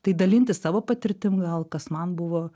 tai dalintis savo patirtim gal kas man buvo